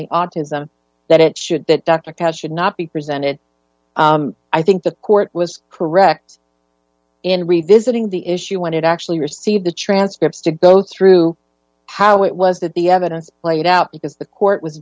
the autism that it should that dr kass should not be presented i think the court was correct in revisiting the issue when it actually received the transcripts to go through how it was that the evidence played out because the court was